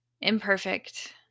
imperfect